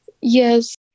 Yes